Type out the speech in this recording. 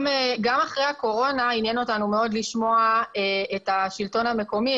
גם אחרי הקורונה עניין אותנו מאוד לשמוע את השלטון המקומי,